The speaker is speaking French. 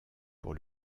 pour